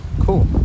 cool